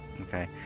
Okay